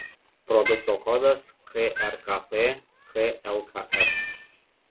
produkto kodas krkp klks